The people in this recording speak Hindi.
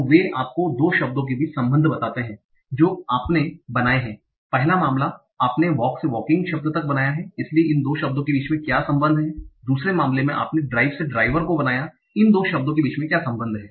तो वे आपको दो शब्दों के बीच संबंध बनाते हैं जो आपने बनाए हैं पहला मामला आपने वॉक से वॉकिंग शब्द तक बनाया है इसलिए इन दो शब्दों के बीच क्या संबंध है दूसरे मामले में आपने ड्राइव से ड्राइवर को बनाया इन दो शब्दों के बीच क्या संबंध है